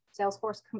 Salesforce